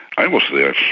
i was there,